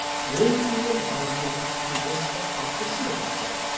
will you allow me to whisper half a syllable, sir